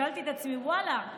שאלתי את עצמי: ואללה,